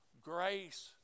grace